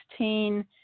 2016